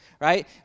Right